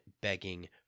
begging